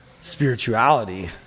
spirituality